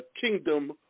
kingdom